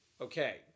Okay